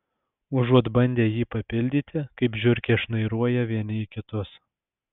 užuot bandę jį papildyti kaip žiurkės šnairuoja vieni į kitus